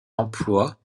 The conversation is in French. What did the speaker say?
emploi